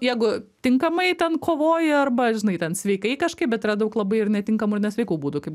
jeigu tinkamai ten kovoji arba žinai ten sveikai kažkaip bet yra daug labai ir netinkamų ir nesveikų būdų kaip